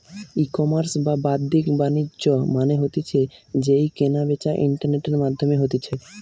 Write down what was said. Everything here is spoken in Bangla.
ইকমার্স বা বাদ্দিক বাণিজ্য মানে হতিছে যেই কেনা বেচা ইন্টারনেটের মাধ্যমে হতিছে